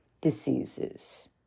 diseases